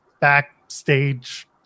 backstage